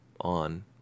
on